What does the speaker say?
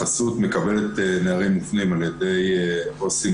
החסות מקבלת נערים שמופנים על ידי עו"סים